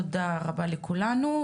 תודה רבה לכולנו,